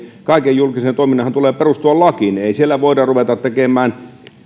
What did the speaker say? kaiken julkisen toiminnanhan tulee perustua lakiin ei siellä voida ruveta tekemään